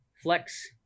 flex